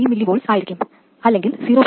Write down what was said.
3 mV ആയിരിക്കും അല്ലെങ്കിൽ 0